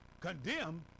condemn